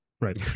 Right